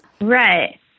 Right